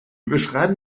beschreiben